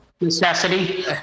Necessity